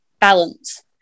balance